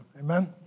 amen